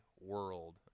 world